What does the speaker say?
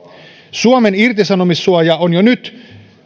suomen irtisanomissuoja on jo nyt